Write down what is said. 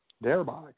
thereby